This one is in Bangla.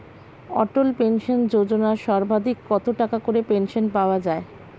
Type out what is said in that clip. অটল পেনশন যোজনা সর্বাধিক কত টাকা করে পেনশন পাওয়া যায়?